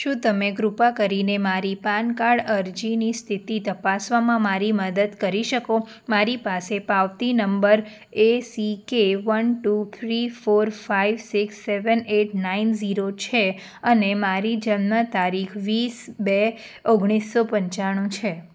શું તમે કૃપા કરીને મારી પાન કાર્ડ અરજીની સ્થિતિ તપાસવામાં મારી મદદ કરી શકો મારી પાસે પાવતી number ACK one two three four five six seven eight nine zero છે અને મારી જન્મ તારીખ વીસ બે ઓગણીસો પંચાણુ છે